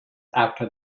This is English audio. after